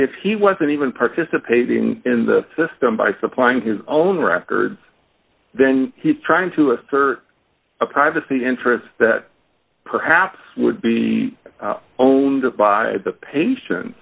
if he wasn't even participating in the system by supplying his own records then he's trying to assert a privacy interests that perhaps would be owned by the patients